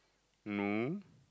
no